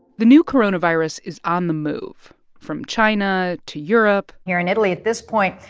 the new coronavirus is on the move from china to europe. here in italy at this point,